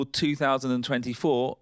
2024